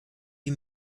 wie